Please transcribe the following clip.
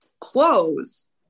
Clothes